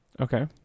Okay